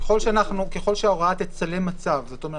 ככול שההוראה תצלם מצב, כלומר